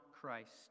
Christ